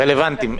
הם רלוונטיים.